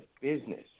business